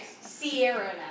Sierra